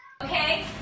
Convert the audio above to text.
Okay